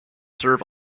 serve